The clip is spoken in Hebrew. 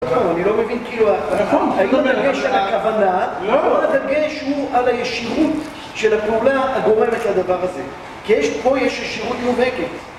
אני לא מבין כאילו... האם הדגש על הכוונה, או הדגש הוא על הישירות של הפעולה הגורמת לדבר הזה. כי יש פה יש ישירות מובהקת.